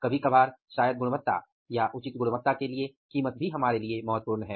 कभी कभार शायद गुणवत्ता या उचित गुणवत्ता के लिए कीमत भी हमारे लिए महत्वपूर्ण है